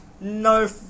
No